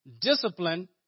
Discipline